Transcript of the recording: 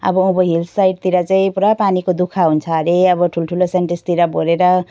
अब अब हिल्स साइडतिर चाहिँ पुरा पानीको दुःख हुन्छ अरे अब ठुल्ठुलो सिन्टेक्सतिर भरेर